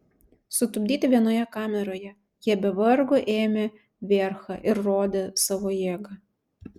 sutupdyti vienoje kameroje jie be vargo ėmė vierchą ir rodė savo jėgą